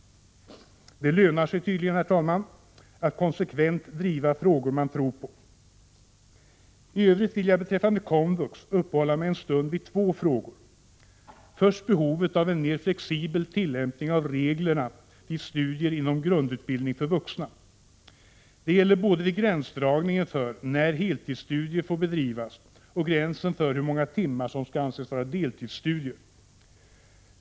Det lönar sig tydligen, herr talman, att konsekvent driva de frågor man tror på. I övrigt vill jag beträffande komvux uppehålla mig en stund vid två frågor. Först behovet av en mer flexibel tillämpning av regler vid studier inom grundutbildningen för vuxna. Det gäller både vid gränsdragningen för när heltidsstudier får bedrivas och gränsen för hur många timmar som skall anses vara deltidsstudier.